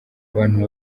abantu